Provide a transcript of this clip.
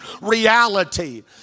reality